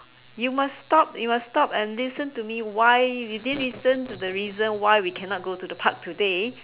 you must stop you must stop and listen to me why you didn't listen to the reason why we cannot go to the park today